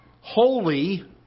holy